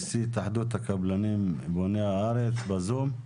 נשיא התאחדות הקבלנים בוני הארץ בזום.